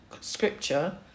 Scripture